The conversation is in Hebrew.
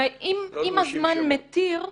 ואם הזמן מתיר,